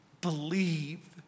believe